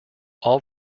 all